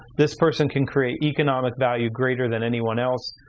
this person can create economic value greater than anyone else.